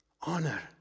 Honor